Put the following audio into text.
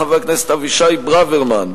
חבר הכנסת אבישי ברוורמן.